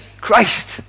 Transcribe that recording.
Christ